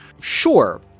Sure